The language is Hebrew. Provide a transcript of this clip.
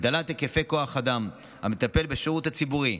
הגדלת היקפי כוח האדם המטפל בשירות הציבורי,